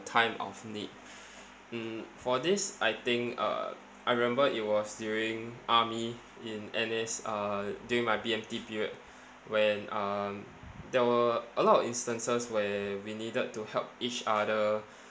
time of need um for this I think uh I remember it was during army in N_S uh during my B_M_T period when um there were a lot of instances where we needed to help each other